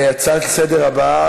הצעה הבאה